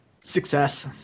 Success